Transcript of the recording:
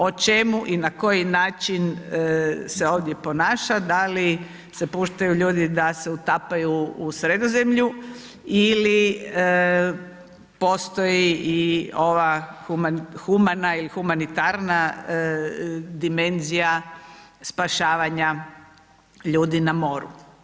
O čemu i na koji način se ovdje ponašati, da li se puštaju ljudi da se utapaju u Sredozemlju ili postoji i ova humana ili humanitarna dimenzija spašavanja ljudi na moru.